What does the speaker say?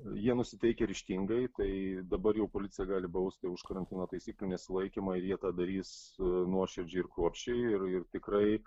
jie nusiteikę ryžtingai tai dabar jau policija gali bausti už karantino taisyklių nesilaikymą ir jie tą darys nuoširdžiai ir kruopščiai ir ir tikrai